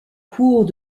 cours